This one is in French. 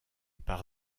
par